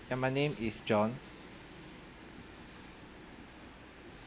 and my name is john